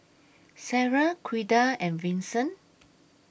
Sara Ouida and Vincent